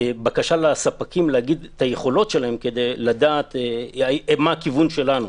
בקשה מהספקים להגיד את היכולות שלהם כדי לדעת מה הכיוון שלנו.